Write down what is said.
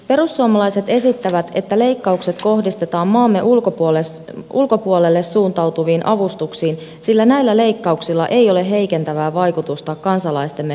perussuomalaiset esittävät että leikkaukset kohdistetaan maamme ulkopuolelle suuntautuviin avustuksiin sillä näillä leikkauksilla ei ole heikentävää vaikutusta kansalaistemme hyvinvointiin